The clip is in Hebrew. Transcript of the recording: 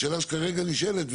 השאלה שכרגע נשאלת,